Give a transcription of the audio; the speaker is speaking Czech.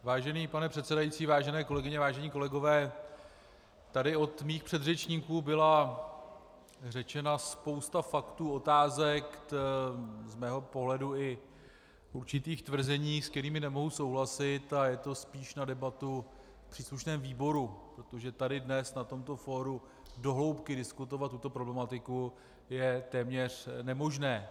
Vážený pane předsedající, vážené kolegyně, vážení kolegové, od mých předřečníků byla řečena spousta faktů, otázek, z mého pohledu i určitých tvrzení, se kterými nemohou souhlasit, a je to spíš na debatu v příslušném výboru, protože tady dnes na tomto fóru do hloubky diskutovat tuto problematiku je téměř nemožné.